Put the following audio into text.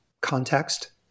context